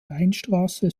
weinstraße